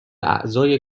اعضای